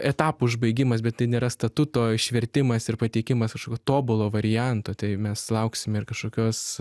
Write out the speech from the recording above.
etapų išbaigimas bet tai nėra statuto išvertimas ir pateikimas už tobulo varianto tai mes lauksim ir kažkokios